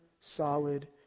solid